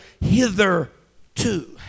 hitherto